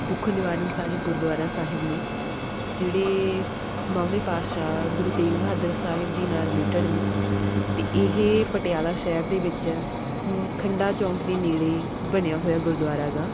ਦੂਖਨਿਵਾਰਨ ਸਾਹਿਬ ਗੁਰਦੁਆਰਾ ਸਾਹਿਬ ਨੇ ਜਿਹੜੇ ਨੌਵੇਂ ਪਾਤਸ਼ਾਹ ਗੁਰੂ ਤੇਗ ਬਹਾਦਰ ਸਾਹਿਬ ਜੀ ਨਾਲ ਰਿਲੇਟਡ ਨੇ ਅਤੇ ਇਹ ਪਟਿਆਲਾ ਸ਼ਹਿਰ ਦੇ ਵਿੱਚ ਖੰਡਾ ਚੌਂਕ ਦੇ ਨੇੜੇ ਬਣਿਆ ਹੋਇਆ ਗੁਰਦੁਆਰਾ ਹੈਗਾ